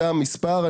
זה המספר.